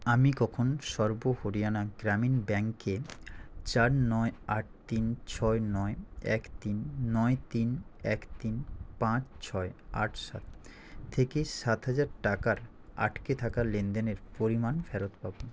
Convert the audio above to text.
আমি কখন সর্ব হরিয়ানা গ্রামীণ ব্যাংকে চার নয় আট তিন ছয় নয় এক তিন নয় তিন এক তিন পাঁচ ছয় আট সাত থেকে সাত হাজার টাকার আটকে থাকা লেনদেনের পরিমাণ ফেরত পাব